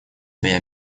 свои